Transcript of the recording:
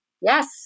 Yes